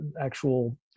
actual